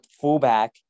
fullback